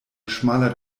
schmaler